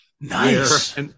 Nice